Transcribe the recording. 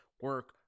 Work